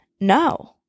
No